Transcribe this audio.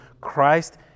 Christ